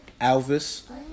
Alvis